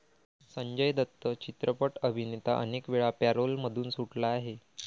संजय दत्त चित्रपट अभिनेता अनेकवेळा पॅरोलमधून सुटला आहे